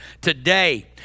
today